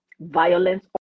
violence